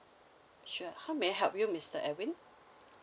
sure how may I help you mister edwin